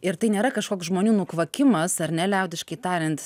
ir tai nėra kažkoks žmonių nukvakimas ar ne liaudiškai tariant